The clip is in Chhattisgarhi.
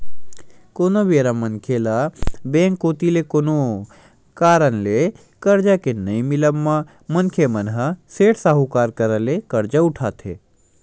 कोनो बेरा मनखे ल बेंक कोती ले कोनो कारन ले करजा के नइ मिलब म मनखे मन ह सेठ, साहूकार करा ले करजा उठाथे